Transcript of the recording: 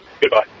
Goodbye